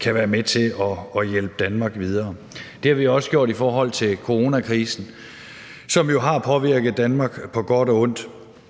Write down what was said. kan være med til at hjælpe Danmark videre. Det har vi også gjort i forhold til coronakrisen, som jo har påvirket Danmark på godt og ondt,